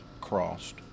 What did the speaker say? crossed